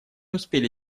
успели